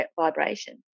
vibration